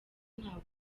ntabwo